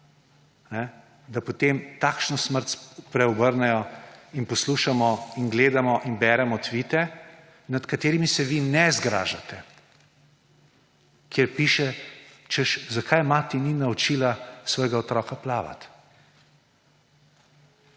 da potem takšno smrt spreobrnejo. In poslušamo in gledamo in beremo tvite, nad katerimi se vi ne zgražate, kjer piše, češ, zakaj mati ni naučila svojega otroka plavati.